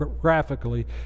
graphically